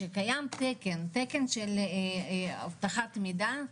שקיים תקן של אבטחת מידע,